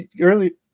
early